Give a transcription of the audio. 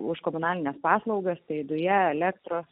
už komunalines paslaugas bei dujas elektros